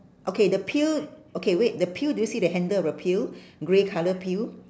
okay the pail okay wait the pail do you see the handle of a pail grey colour pail